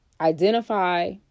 Identify